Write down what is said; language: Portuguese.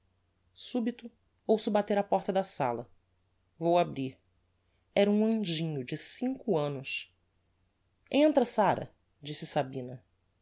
subito ouço bater á porta da sala vou abrir era um anjinho de cinco annos entra sára disse sabina